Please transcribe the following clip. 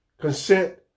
consent